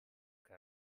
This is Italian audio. che